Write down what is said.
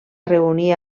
reunir